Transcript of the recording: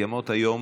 קיימות היום